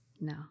No